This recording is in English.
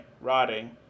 rotting